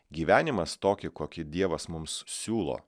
gyvenimas tokį kokį dievas mums siūlo